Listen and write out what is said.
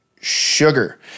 sugar